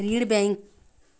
Bank ऋण के प्रकार के होथे?